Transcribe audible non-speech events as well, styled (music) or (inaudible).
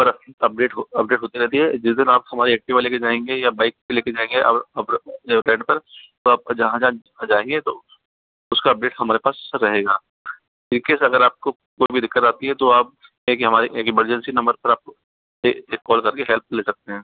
पर update update होती रहती है जिस दिन आप हमारी एक्टिवा लेके जाएंगे या बाइक लेके जाएंगे (unintelligible) आप रेंट पर जो आप जहाँ जहाँ जाएंगे उसका अपडेट हमारे पास रहेगा इन केस अगर आपको कोई भी दिक्कत आती है तो आप एक हमारी एक इमरजेंसी नंबर पे आप एक एक कॉल करके हेल्प ले सकते हैं